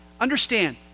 Understand